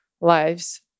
lives